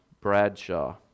Bradshaw